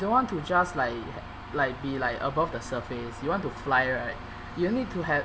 don't want to just like have like be like above the surface you want to fly right you need to have